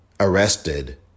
arrested